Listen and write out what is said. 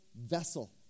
vessel